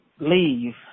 leave